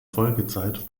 folgezeit